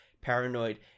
paranoid